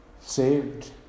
Saved